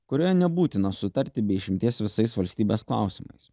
kuria nebūtina sutarti be išimties visais valstybės klausimais